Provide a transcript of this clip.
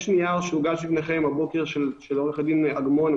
יש נייר שהוגש לפניכם הבוקר של עורכת הדין אגמון,